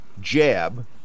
jab